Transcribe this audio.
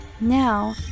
now